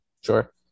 Sure